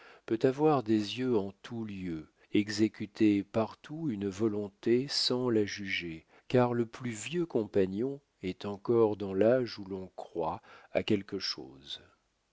peut avoir des yeux en tous lieux exécuter partout une volonté sans la juger car le plus vieux compagnon est encore dans l'âge où l'on croit à quelque chose